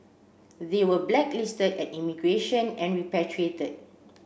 they were blacklisted at immigration and repatriated